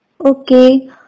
okay